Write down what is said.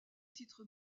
titre